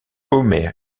homère